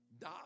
die